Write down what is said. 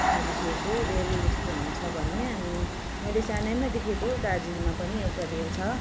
त्यहाँ देखेको रेल यस्तो हुन्छ भन्ने अनि मैले सानैमा देखेको दार्जिलिङमा पनि एउटा रेल छ